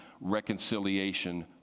reconciliation